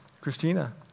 Christina